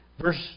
Verse